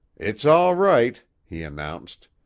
it's all right, he announced.